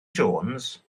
jones